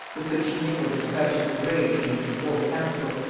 with which she mingled expressions of rage against her whole council.